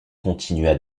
continua